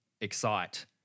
excite